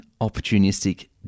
opportunistic